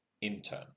intern